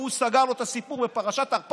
ושהוא סגר לו את הסיפור בפרשת הרפז.